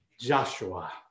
Joshua